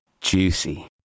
juicy